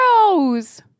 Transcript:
rose